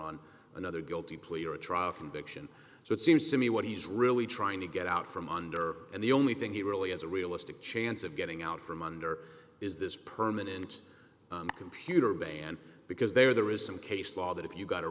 on another guilty plea or a trial conviction so it seems to me what he's really trying to get out from under and the only thing he really has a realistic chance of getting out from under is this permanent computer ban because there there is some case law that if you got